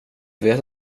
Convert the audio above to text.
vet